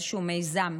איזשהו מיזם.